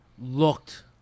looked